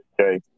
Okay